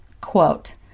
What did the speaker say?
quote